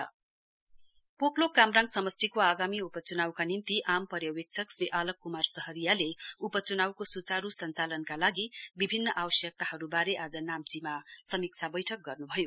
review meeting पोकलोक कामराङ समष्टिको आगामी उपच्नाउका निम्ति आम पर्यवेक्षक श्री क्मार सहारियाले उपच्नाउको सुचारू संचालनकालागि विभिन्न आलक आवश्यकताहरूबारे आज नाम्चीमा समीक्षा बैठक गर्न्भयो